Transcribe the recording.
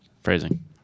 Phrasing